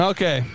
Okay